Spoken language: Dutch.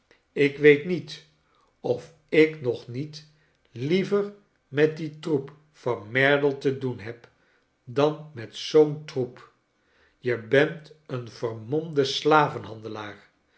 ik weet niet of ik nog niet liever met dien troep van merdle fce doen heb dan met zoom troep je bent een vermomde slavenhandelaar